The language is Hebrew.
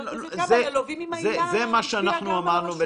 שאנחנו אמרנו.